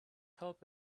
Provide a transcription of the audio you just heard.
help